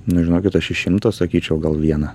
nu žinokit aš iš šimto sakyčiau gal vieną